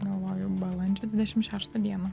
galvoju balandžio dvidešimt šeštą dieną